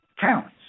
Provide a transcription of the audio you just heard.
counts